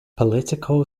political